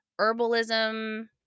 herbalism